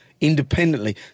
independently